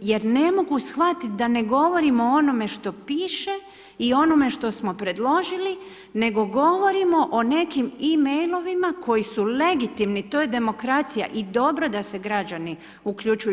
jer ne mogu shvatiti da ne govorimo o onome što piše i o onome što smo predložili nego govorimo o nekim e-mailovima koji su legitimni, to je demokracija i dobro da se građani uključuju.